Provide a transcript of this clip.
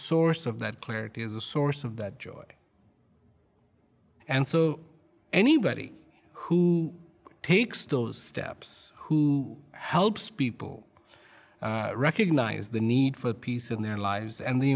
source of that clarity is a source of that joy and so anybody who takes those steps who helps people recognize the need for peace in their lives and the